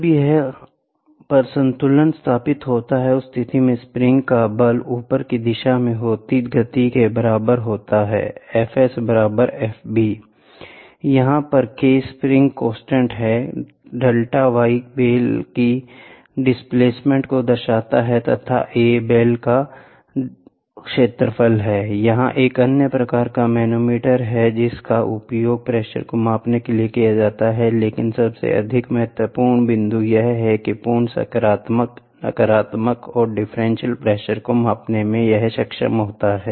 जब यहां पर संतुलन स्थापित होगा उस स्थिति में स्प्रिंग का बल ऊपर की दिशा में होती गति के बराबर होगा यहां पर k स्प्रिंग कांस्टेंट है डेल्टा y बेल की डिस्प्लेसमेंट को दर्शाता है तथा A बेल का क्षेत्रफल हैI यह एक अन्य प्रकार का मैनोमीटर है जिसका उपयोग प्रेशर को मापने के लिए किया जाता है लेकिन सबसे अधिक महत्वपूर्ण बिंदु यह है कि पूर्ण सकारात्मक नकारात्मक और डिफरेंशियल प्रेशर को मापने में सक्षम है